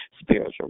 spiritual